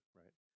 right